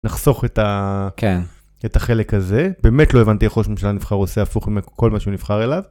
נחסוך את החלק הזה. באמת לא הבנתי איך ראש ממשלה נבחר, עושה הפוך עם כל מה שהוא נבחר אליו.